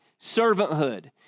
servanthood